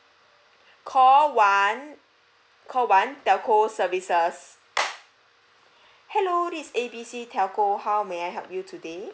call one call one telco services hello this A B C telco how may I help you today